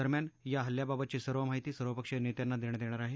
दरम्यान या हल्ल्याबाबतची सर्व माहिती सर्वपक्षीय नेत्यांना देण्यात येणार आहे